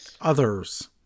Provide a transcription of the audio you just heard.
others